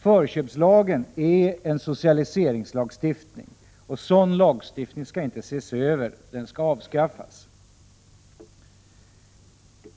Förköpslagen är en socialiseringslagstiftning. Sådan lagstiftning skall inte ses över — den skall avskaffas.